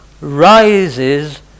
rises